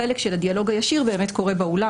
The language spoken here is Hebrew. החלק של הדיאלוג הישיר באמת קורה באולם